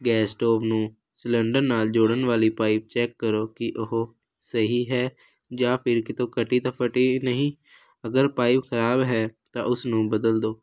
gas stove ਨੂੰ cylinder ਨਾਲ ਜੋੜਨ ਵਾਲੀ ਪਾਈਪ ਚੈੱਕ ਕਰੋ ਕਿ ਉਹ ਸਹੀ ਹੈ ਜਾਂ ਫਿਰ ਕਿਤੋਂ ਕਟੀ ਤਾਂ ਫਟੀ ਨਹੀਂ ਅਗਰ ਪਾਈਪ ਖ਼ਰਾਬ ਹੈ ਤਾਂ ਉਸ ਨੂੰ ਬਦਲ ਦਿਓ